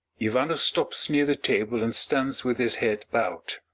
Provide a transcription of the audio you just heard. ivanoff stops near the table and stands with his head bowed.